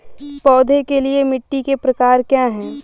पौधों के लिए मिट्टी के प्रकार क्या हैं?